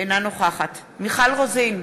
אינה נוכחת מיכל רוזין,